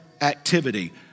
activity